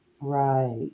Right